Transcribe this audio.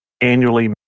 annually